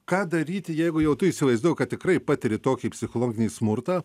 ką daryti jeigu jau tu įsivaizduoji kad tikrai patiri tokį psichologinį smurtą